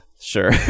sure